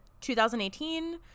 2018